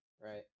Right